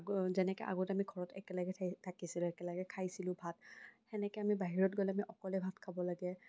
যেনেকে আগত আমি ঘৰত একেলগে থাকিছিলো একেলগে খাইছিলো ভাত হেনেকে আমি বাহিৰত গ'লে আমি অকলে ভাত খাব লাগে